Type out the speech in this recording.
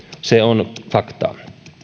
se on faktaa